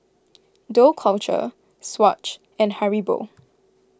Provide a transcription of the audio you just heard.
Dough Culture Swatch and Haribo